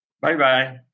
Bye-bye